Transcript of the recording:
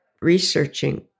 researching